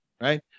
right